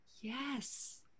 Yes